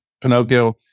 Pinocchio